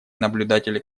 наблюдатели